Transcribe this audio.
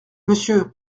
monsieur